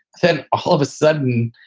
then all of a sudden,